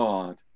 God